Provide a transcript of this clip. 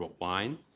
wine